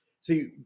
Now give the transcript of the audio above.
See